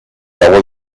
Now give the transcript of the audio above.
bella